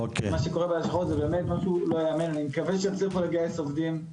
אני יודע שיש לשכות שעובדות